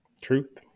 truth